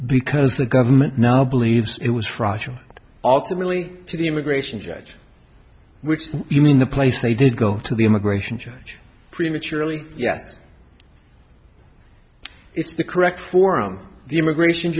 because the government now believes it was fraudulent ultimately to the immigration judge which you mean the place they did go to the immigration judge prematurely yes it's the correct forum the immigration